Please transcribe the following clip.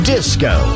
Disco